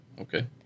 Okay